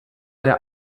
der